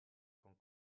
con